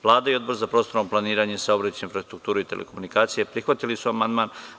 Vlada i Odbor za prostorno planiranje, saobraćaj i infrastrukturu i telekomunikacije prihvatili su amandman.